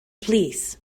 plîs